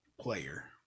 player